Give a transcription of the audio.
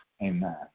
Amen